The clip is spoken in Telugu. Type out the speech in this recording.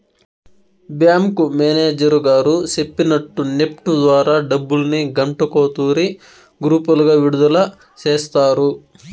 బ్యాంకు మేనేజరు గారు సెప్పినట్టు నెప్టు ద్వారా డబ్బుల్ని గంటకో తూరి గ్రూపులుగా విడదల సేస్తారు